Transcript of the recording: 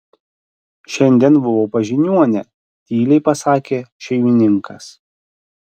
šiandien buvau pas žiniuonę tyliai pasakė šeimininkas